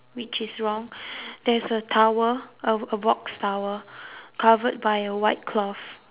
which is wrong there is a tower a a box tower covered by a white cloth